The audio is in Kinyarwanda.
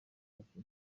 cafe